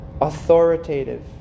authoritative